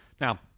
Now